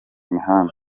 mihanda